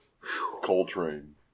Coltrane